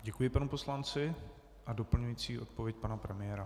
Děkuji panu poslanci a doplňující odpověď pana premiéra.